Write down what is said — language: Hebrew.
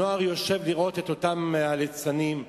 הנוער יושב לראות את אותם ליצנים,